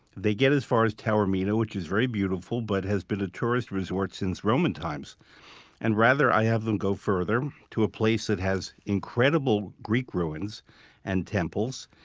they get as far as taormina, which is very beautiful, but has been a tourist resort since roman times and rather i have them go further to a place that has incredible greek ruins and temples.